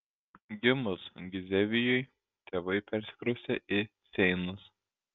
gimus gizevijui tėvai persikraustė į seinus